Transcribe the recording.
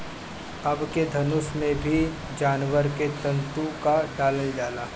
अबके धनुष में भी जानवर के तंतु क डालल जाला